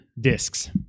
discs